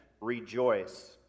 rejoice